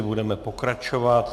Budeme pokračovat.